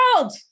world